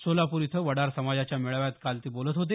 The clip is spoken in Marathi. सोलापूर इथं वडार समाजाच्या मेळाव्यात काल ते बोलत होते